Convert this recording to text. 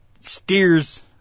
steers